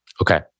Okay